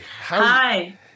Hi